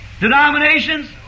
Denominations